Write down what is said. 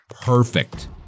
perfect